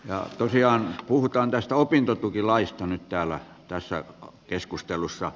ja tosiaan puhutaan tästä opintotukilaista nyt täällä tässä keskustelussa